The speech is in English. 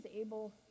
able